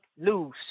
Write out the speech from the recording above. lose